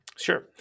Sure